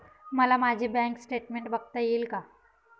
मला माझे bank statement बघता येईल का?